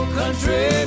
country